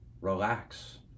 Relax